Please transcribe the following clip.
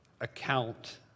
account